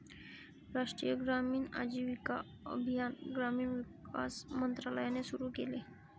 राष्ट्रीय ग्रामीण आजीविका अभियान ग्रामीण विकास मंत्रालयाने सुरू केले